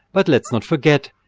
but let's not forget,